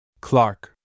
Clark